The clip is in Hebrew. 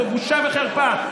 זאת בושה וחרפה.